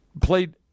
played